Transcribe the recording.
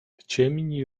ciemni